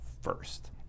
first